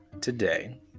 today